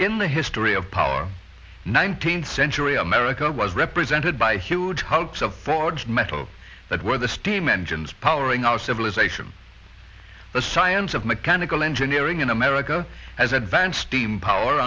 in the history of power nineteenth century america was represented by huge hulks of metal that were the steam engines powering our civilization the science of mechanical engineering in america has advanced steam power